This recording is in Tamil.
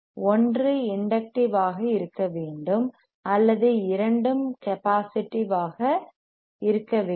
ஒன்று இண்டக்ட்டிவ் ஆக இருக்க வேண்டும் அல்லது இரண்டும் கபாஸிடீவ் ஆக இருக்க வேண்டும்